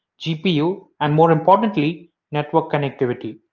gpu, and more importantly network connectivity.